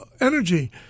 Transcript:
energy